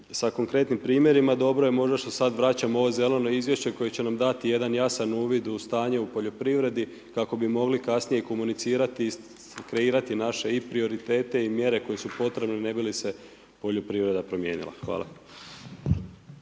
sa konkretnim primjerima, dobro je možda što sada vraćamo ovo zeleno izvješće koje će nam dati jedan jasan uvid u stanje u poljoprivredi, kako bi mogli kasnije komunicirati i kreirati i naše i prioritete i mjere koje su potrebni ne bi li se poljoprivreda promijenila. Hvala.